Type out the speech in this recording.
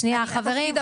שנייה חברים,